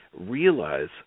Realize